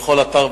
י"ט באדר,